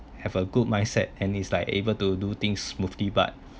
have a good mindset and it's like able to do things smoothly but